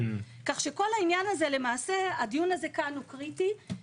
כך שכל הדיון הזה הקודם והדיון הזה הם קריטיים,